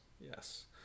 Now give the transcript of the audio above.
yes